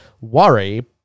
worry